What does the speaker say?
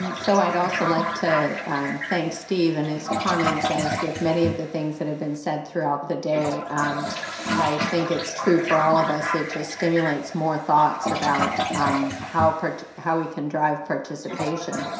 and so i'd also like to thank steve and his comments as with many of the things that have been said throughout the day um i think it's true for all of us it just stimulates more thoughts about um how how we can drive participation.